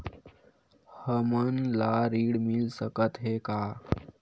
हमन ला ऋण मिल सकत हे का?